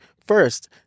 first